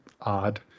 odd